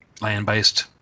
land-based